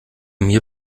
mir